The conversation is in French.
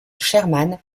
sherman